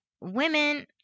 women